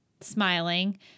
smiling